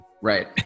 right